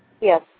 Yes